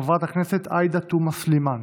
חברת הכנסת עאידה תומא סלימאן,